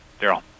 Daryl